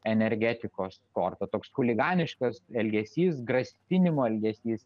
energetikos kortą toks chuliganiškas elgesys grasinimo elgesys